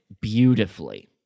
beautifully